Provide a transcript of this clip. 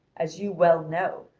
as you well know,